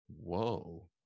whoa